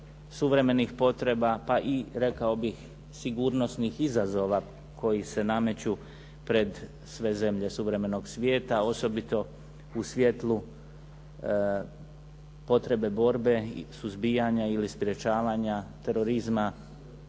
suvremenih potreba, pa rekao bih sigurnosnih izazova koji se nameću pred sve zemlje suvremenog svijeta osobito u svjetlu potrebe borbe suzbijanja ili sprječavanja terorizma,